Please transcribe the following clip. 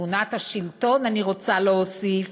תבונת השלטון, אני רוצה להוסיף,